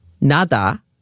nada